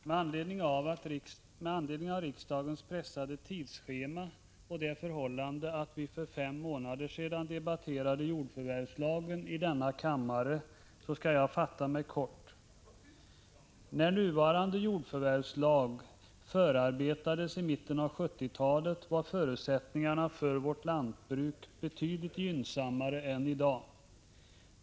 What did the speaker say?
Fru talman! Med anledning av riksdagens pressade tidsschema och det förhållandet att vi för fem månader sedan debatterade jordförvärvslagen i denna kammare skall jag fatta mig kort. När nuvarande jordförvärvslag förarbetades i mitten av 1970-talet var förutsättningarna för vårt lantbruk betydligt gynnsammare än i dag.